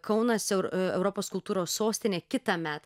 kaunas europos kultūros sostinė kitąmet